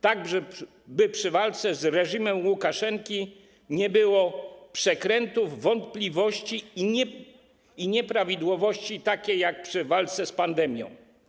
Tak by przy walce z reżimem Łukaszenki nie było przekrętów, wątpliwości i nieprawidłowości takich jak przy walce z pandemią.